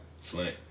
Flint